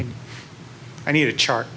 and i need a chart